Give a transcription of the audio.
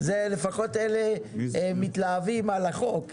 לפחות אלה מתלהבים מהחוק.